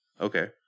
okay